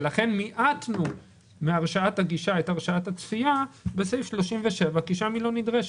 ולכן מיעטנו מהרשאת הגישה את הרשאת הצפייה בסעיף 37 כי שם היא לא נדרשת.